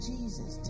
Jesus